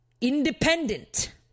independent